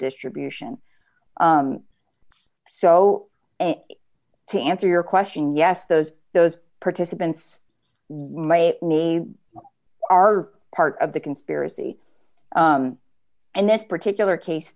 distribution so to answer your question yes those those participants are part of the conspiracy and this particular case